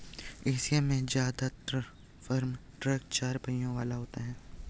Asia में जदात्र farm truck चार पहियों वाले होते हैं